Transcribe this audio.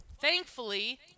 thankfully